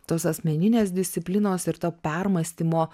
tos asmeninės disciplinos ir to permąstymo